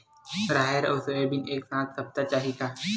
राहेर अउ सोयाबीन एक साथ सप्ता चाही का?